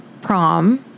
prom